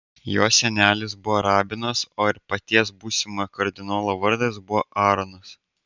jo senelis buvo rabinas o ir paties būsimojo kardinolo vardas buvo aaronas